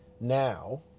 now